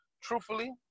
truthfully